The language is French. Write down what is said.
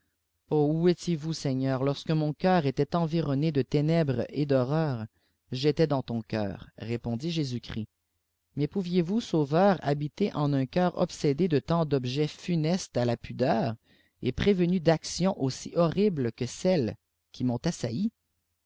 où étiez-vous sdgneur lorsque mon cœur était environné de ténèbres et d'horreur î j'étais dans ton cœur répondit jésus-christ mais pouviez-vous sau veur habiter en un cœur obsédé de tant d'objets funestes à la pudeur et prévenu d'actions aussi horribles que ceues qui m'ont assaillie